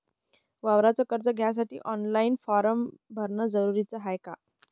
वावराच कर्ज घ्यासाठी ऑनलाईन फारम भरन जरुरीच हाय का?